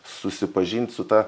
susipažint su ta